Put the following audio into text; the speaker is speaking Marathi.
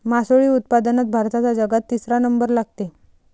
मासोळी उत्पादनात भारताचा जगात तिसरा नंबर लागते